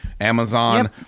Amazon